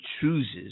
chooses